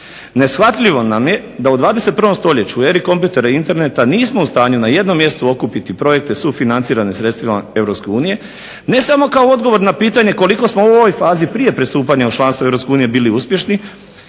Neshvatljivo nam je da u 21. stoljeću, u eri kompjutera i interneta nismo u stanju na jednom mjestu okupiti projekte sufinancirane sredstvima EU ne samo kao odgovor na pitanje koliko smo u ovoj fazi prije pristupanja u članstvo EU bili uspješni